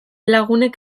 lagunek